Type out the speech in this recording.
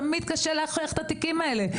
תמיד קשה להוכיח את התיקים האלה,